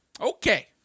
Okay